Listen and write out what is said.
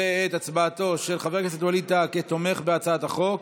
ואת הצבעתו של חבר הכנסת ווליד טאהא כתומך בהצעת החוק,